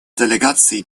делегаций